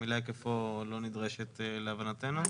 המילה היקפו לא נדרשת להבנתנו.